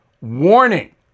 warning